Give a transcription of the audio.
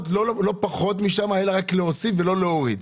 לא פחות משם אלא רק להוסיף ולא להוריד.